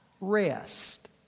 rest